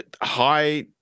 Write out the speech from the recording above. high